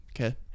okay